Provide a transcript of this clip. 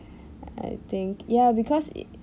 I think ya because